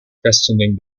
questioning